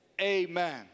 amen